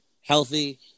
healthy